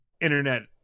internet